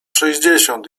sześćdziesiąt